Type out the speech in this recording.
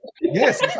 Yes